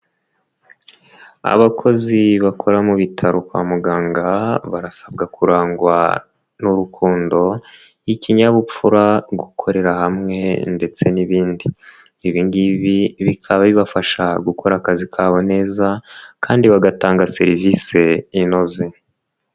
Abakozi bakora mu bitaro kwa muganga barasabwa kurangwa n'urukundo, ikinyabupfura, gukorera hamwe ndetse n'ibindi, ibi ngibi bikaba bibafasha gukora akazi kabo neza kandi bagatanga serivisi inoze.